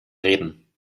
reden